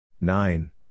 nine